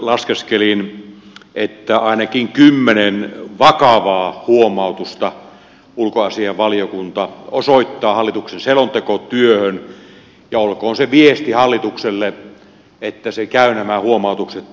laskeskelin että ainakin kymmenen vakavaa huomautusta ulkoasiainvaliokunta osoittaa hallituksen selontekotyöhön ja olkoon se viesti hallitukselle että se käy nämä huomautukset läpi